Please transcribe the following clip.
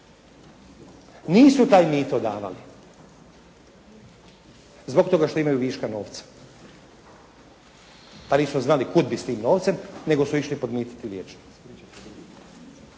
nisu taj mito davali zbog toga što imaju viška novca. Ali nisu znali kuda bi s tim novcem nego su išli podmititi liječnika.